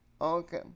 okay